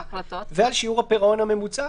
ועל שיעור הפירעון הממוצע.